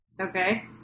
Okay